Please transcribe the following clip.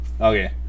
okay